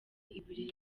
ibiri